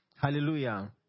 Hallelujah